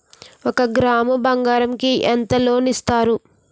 ఒక గ్రాము బంగారం కి ఎంత లోన్ ఇస్తారు?